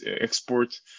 export